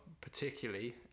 particularly